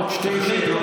חבר הכנסת אשר,